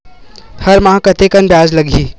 हर माह कतेकन ब्याज लगही?